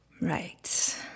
Right